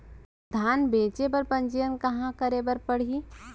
धान बेचे बर पंजीयन कहाँ करे बर पड़ही?